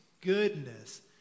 goodness